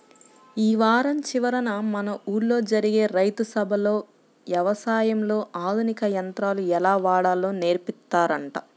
యీ వారం చివరన మన ఊల్లో జరిగే రైతు సభలో యవసాయంలో ఆధునిక యంత్రాలు ఎలా వాడాలో నేర్పిత్తారంట